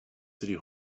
city